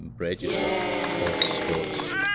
and register of scots,